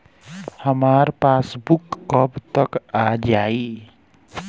हमार पासबूक कब तक आ जाई?